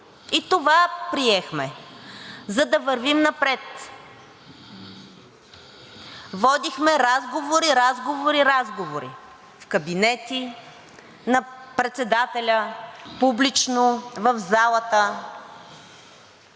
И това приехме, за да вървим напред. Водихме разговори, разговори, разговори в кабинети – на председателя, публично, в залата,